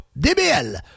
DBL